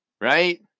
right